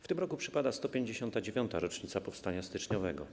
W tym roku przypada 159. rocznica powstania styczniowego.